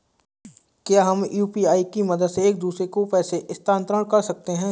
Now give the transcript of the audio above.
क्या हम यू.पी.आई की मदद से एक दूसरे को पैसे स्थानांतरण कर सकते हैं?